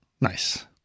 Nice